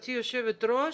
גברתי היושבת-ראש,